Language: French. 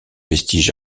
vestiges